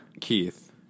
Keith